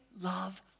love